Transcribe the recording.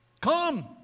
Come